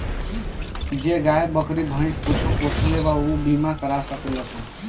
जे गाय, बकरी, भैंस कुछो पोसेला ऊ इ बीमा करा सकेलन सन